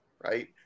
right